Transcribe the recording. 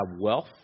wealth